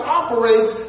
operates